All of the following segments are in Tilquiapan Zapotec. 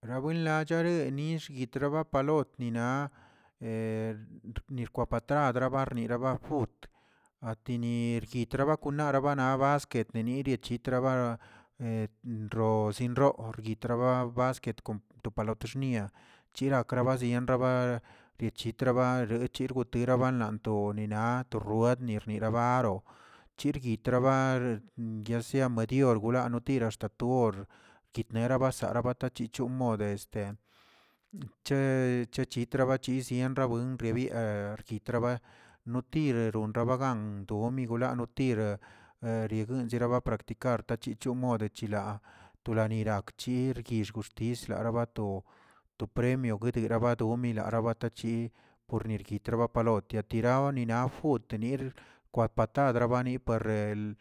Rabuin lach are nix yitra ba palot nina' nirkwa patrad rabarni rabra fut, atinir kitrabakunarba na basquet niniria chitraba sinroo yitrababaa basquet kon to palot xnia chirakrabazi raba yechitraba rechirgutare nanto ninatoroetni rniraba aro, chirguit traba yasea madior rwanotira shtator xkitnera basaa rabatachichon mode che chechitra bachisiempr wen rebiae yitraba notir ronrabagan doomigolanotir yegun cheraba practicar tachechon mod chilaa tolanirachir guiguxtil zlara bato- to premio togara bato yilara bata chi por negurta ba parlot yatira ninaf gotenir kwapatad ba reerni parrel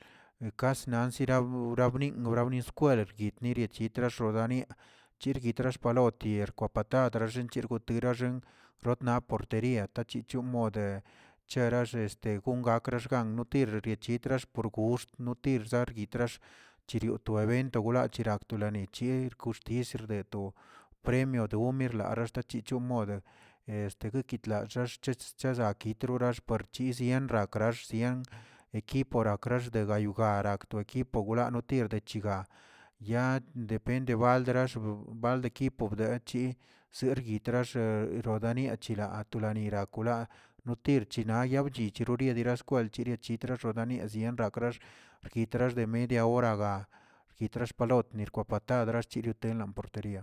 kas nansira gurabnig gura bni skwel yitni yirachitrax nodarniaꞌ chirgui traxt kwalotier kwa patad trarchen cherguterachen rotna portería lachichonmodə chera xexde ongakraxgan tir rechitra por gust no tirsarguitrax chirio to evento gwlachiraktolane yer joxtixs de to premio to mirlare xtachicho mode, guekitlallcha xchechz chda yitrorax puert' yizien rakrax zien, equiporakrax gayugara, to equipo wlanotir de chiga, ya depende baldrax bal equipo ble chi, serguigatraxa rorania chedaa tolanirakulaa, notir chinaya chichuriadira xkwel chiriachi traxo naniazə sien gra krax guitrax de media horaga, kitrax palotni xkwa patad drachnite lo porteria.